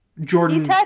Jordan